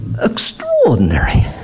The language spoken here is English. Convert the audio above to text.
extraordinary